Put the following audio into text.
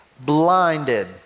blinded